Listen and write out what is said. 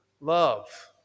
love